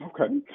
Okay